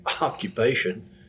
occupation